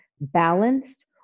balanced